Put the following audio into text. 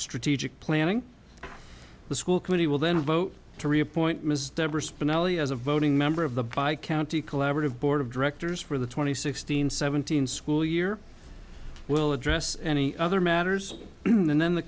strategic planning the school committee will then vote to reappoint ms debra spinelli as a voting member of the by county collaborative board of directors for the twenty sixteen seventeen school year we'll address any other matters and then the